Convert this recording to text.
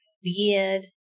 beard